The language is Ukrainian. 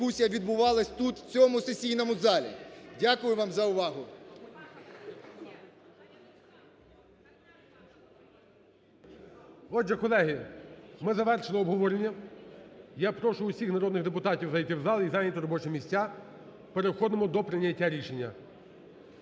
Дякую вам за увагу.